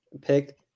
pick